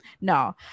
no